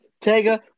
Tega